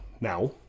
Now